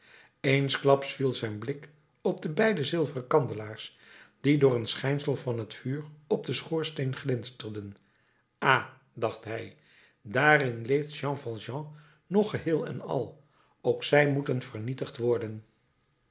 eensklaps viel zijn blik op de beide zilveren kandelaars die door het schijnsel van het vuur op den schoorsteen glinsterden ha dacht hij daarin leeft jean valjean nog geheel en al ook zij moeten vernietigd worden